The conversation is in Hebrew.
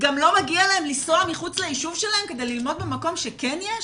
גם לא מגיע להם לנסוע מחוץ ליישוב שלהם כדי ללמוד במקום שכן יש?